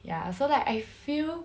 ya so like I feel